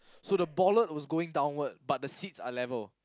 so the bollard was going downward but the seats are level